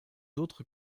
autres